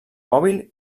mòbil